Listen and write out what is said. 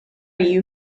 you